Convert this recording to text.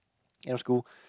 end of school